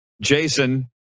Jason